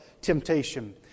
temptation